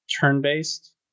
Turn-based